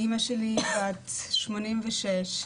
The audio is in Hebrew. אמא שלי בת 86,